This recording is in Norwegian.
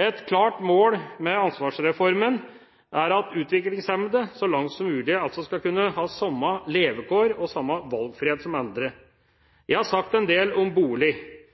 Et klart mål med ansvarsreformen er at utviklingshemmede, så langt som mulig, skal kunne ha samme levekår og samme valgfrihet som andre.